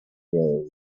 grow